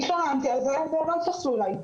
התלוננתי על זה ולא התייחסו אליי.